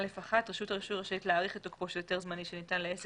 "(א1) רשות הרישוי רשאית להאריך את תוקפו של היתר זמני שניתן לעסק